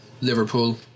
Liverpool